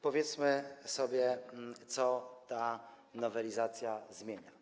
Powiedzmy sobie, co ta nowelizacja zmienia.